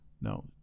No